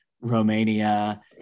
Romania